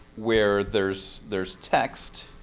where there's there's text